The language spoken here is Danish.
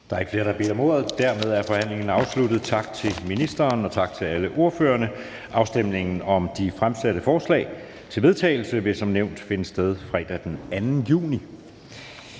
Der er ikke flere, der har bedt om ordet, og dermed er forhandlingen afsluttet. Afstemningen om de fremsatte forslag til vedtagelse vil som nævnt finde sted fredag den 2. juni